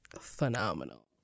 phenomenal